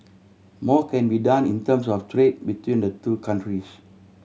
more can be done in terms of trade between the two countries